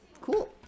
cool